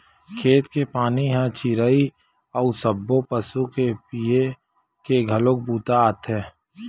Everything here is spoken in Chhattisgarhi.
खेत के पानी ह चिरई अउ सब्बो पसु के पीए के घलोक बूता आथे